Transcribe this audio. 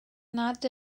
nad